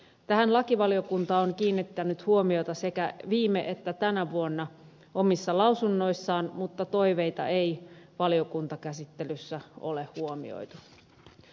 tähän lakivaliokunta on kiinnittänyt huomiota sekä viime että tänä vuonna omissa lausunnoissaan mutta toiveita ei valiokuntakäsittelyssä ole huomioitu